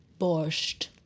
Borscht